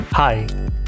Hi